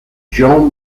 jean